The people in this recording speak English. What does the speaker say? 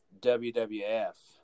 WWF